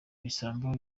ibisambo